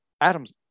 Adams